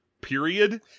period